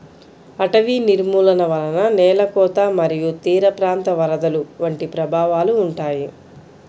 అటవీ నిర్మూలన వలన నేల కోత మరియు తీరప్రాంత వరదలు వంటి ప్రభావాలు ఉంటాయి